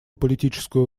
политическую